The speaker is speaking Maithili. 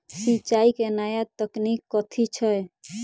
सिंचाई केँ नया तकनीक कथी छै?